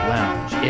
Lounge